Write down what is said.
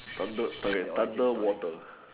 thundered tired underwater